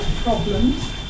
problems